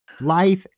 Life